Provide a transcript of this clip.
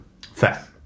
Fair